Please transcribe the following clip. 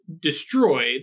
destroyed